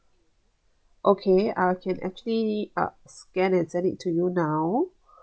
okay I can actually scan and send it to you now